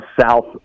South